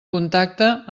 contacte